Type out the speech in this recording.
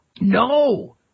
No